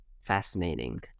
fascinating